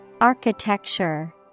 Architecture